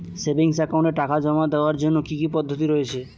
Savings একাউন্টে টাকা জমা দেওয়ার জন্য কি কি পদ্ধতি রয়েছে?